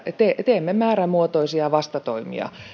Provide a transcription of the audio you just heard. teemme määrämuotoisia vastatoimia